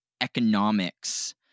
economics